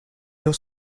your